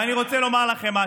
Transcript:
אני רוצה לומר לכם משהו: